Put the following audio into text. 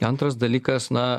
antras dalykas na